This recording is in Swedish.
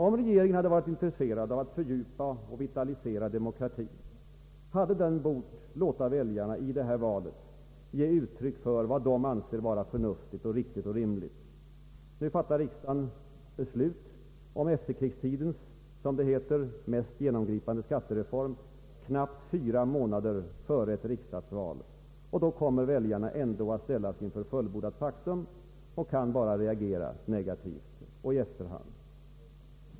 Om regeringen hade varit intresserad av att fördjupa och vitalisera demokratin, hade den bort låta väljarna i detta val ge uttryck för vad de anser förnuftigt, riktigt och rimligt. Nu fattar riksdagen beslut om efterkrigstidens — som det heter— mest genomgripande skattereform knappt fyra månader före ett riksdagsval. Då kommer väljarna ändå att ställas inför fullbordat faktum och kan bara reagera negativt och i efterhand.